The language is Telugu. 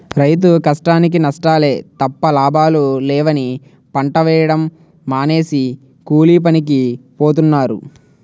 రైతు కష్టానికీ నష్టాలే తప్ప లాభాలు లేవని పంట వేయడం మానేసి కూలీపనికి పోతన్నారు